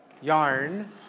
yarn